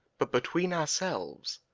but, between ourselves,